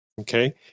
Okay